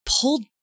pulled